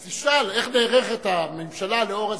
אז תשאל איך נערכת הממשלה לאור זה.